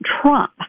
Trump